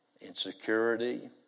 insecurity